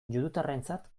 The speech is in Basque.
judutarrentzat